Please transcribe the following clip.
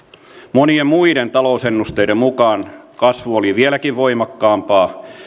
monien muiden talousennusteiden mukaan kasvu olisi vieläkin voimakkaampaa